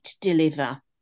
deliver